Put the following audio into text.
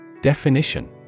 Definition